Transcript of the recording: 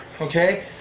okay